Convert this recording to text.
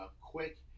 quick